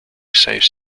saves